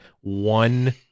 one